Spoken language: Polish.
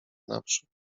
naprzód